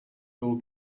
will